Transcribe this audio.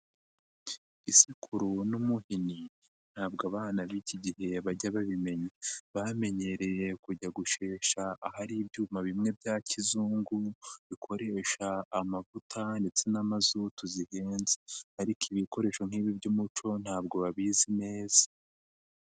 Isekuru n'umuhini ntabwo abana b'iki gihe bajya babimenya, bamenyereye kujya gushesha ahari ibyuma bimwe bya kizungu, bikoresha amavuta ndetse na mazutu zihenze ariko ibikoresho nk'ibi by'umuco ntabwo babizi neza.